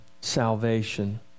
salvation